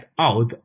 out